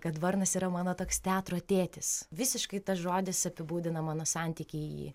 kad varnas yra mano toks teatro tėtis visiškai tas žodis apibūdina mano santykį į jį